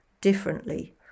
differently